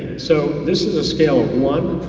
so this is the scale, one,